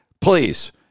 Please